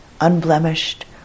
unblemished